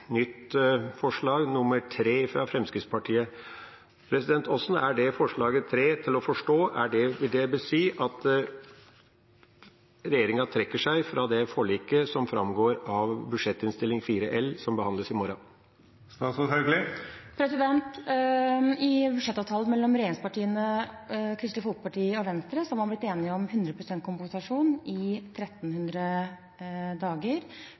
nytt forslag, nr. 3, fra Fremskrittspartiet. Hvordan er forslag nr. 3 å forstå? Vil det si at regjeringa trekker seg fra det forliket som framgår av Innst. 4 L, som behandles i morgen? I budsjettavtalen mellom regjeringspartiene, Kristelig Folkeparti og Venstre har man blitt enige om 100 pst. kompensasjon i 1 300 dager,